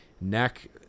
neck